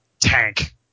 tank